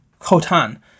Khotan